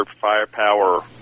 firepower